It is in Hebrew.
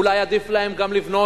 אולי עדיף להם גם לבנות,